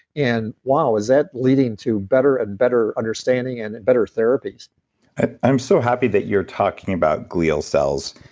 and wow is that leading to better and better understanding and and better therapies i'm so happy that you're talking about glial cells,